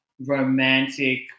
romantic